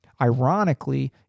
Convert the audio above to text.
Ironically